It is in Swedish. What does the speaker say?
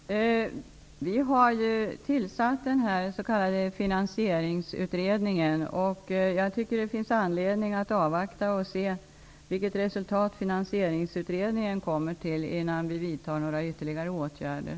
Herr talman! Vi har ju tillsatt den s.k. finansieringsutredningen. Jag tycker att det finns anledning att avvakta vilket resultat utredningen kommer till innan vi vidtar några ytterligare åtgärder.